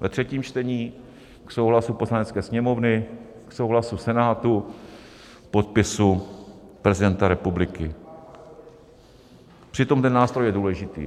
ve třetím čtení, k souhlasu Poslanecké sněmovny, k souhlasu Senátu, k podpisu prezidenta republiky, přitom ten nástroj je důležitý.